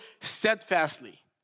steadfastly